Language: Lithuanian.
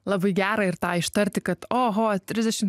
labai gera ir tą ištarti kad oho trisdešim